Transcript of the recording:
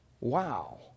wow